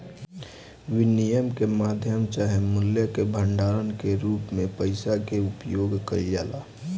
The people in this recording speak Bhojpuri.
विनिमय के माध्यम चाहे मूल्य के भंडारण के रूप में पइसा के उपयोग कईल जाला